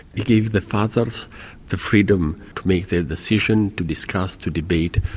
he gave the fathers the freedom to make their decision to discuss, to debate,